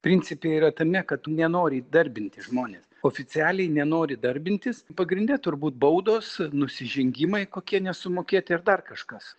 principe yra tame kad nenori įdarbinti žmones oficialiai nenori darbintis pagrinde turbūt baudos nusižengimai kokie nesumokėti ar dar kažkas